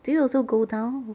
do you also go down